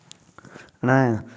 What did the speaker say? அண்ணே